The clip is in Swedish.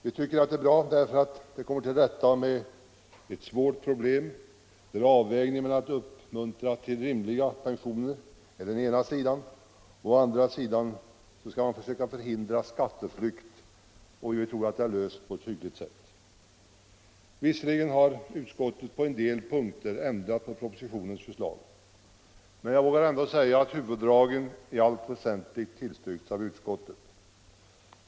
Vi tycker att det är bra därför att det kommer till rätta med ett svårt problem, där avvägningen mellan att uppmuntra till rimliga pensioner är den ena sidan och att förhindra skatteflykt är den andra sidan. Vi tror att det är löst på ett tillfredsställande sätt. Visserligen har utskottet på en del punkter ändrat på propositionens förslag. Men jag vågar ändå säga att huvuddragen i allt väsentligt tillstyrkts av utskottet.